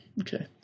okay